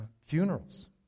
funerals